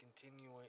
continuing